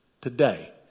today